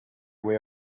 way